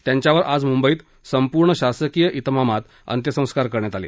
त्यांच्यावर आज मुंबईत संपूर्ण शासकीय इतमामात अंत्यसंस्कार करण्यात आले